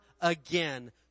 again